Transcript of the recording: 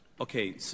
Okay